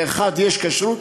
לאחד יש כשרות,